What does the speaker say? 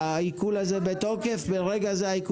והעיקול הזה בתוקף ברגע זה?